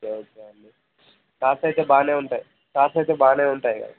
cars అయితే బాగానే ఉంటాయి కార్స్ అయితే బాగానే ఉంటాయి కదా